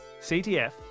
CTF